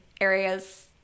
areas